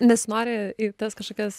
nesinori tas kažkokias